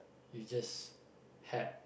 you just had